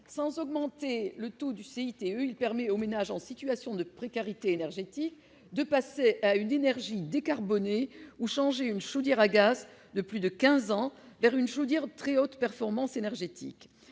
Sans augmenter le taux du CITE, il permet aux ménages en situation de précarité énergétique de passer à une énergie décarbonée ou de changer une chaudière à gaz de plus de quinze ans pour une chaudière de très haute performance énergétique.